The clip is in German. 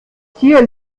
tier